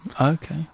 Okay